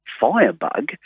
Firebug